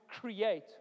create